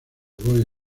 boy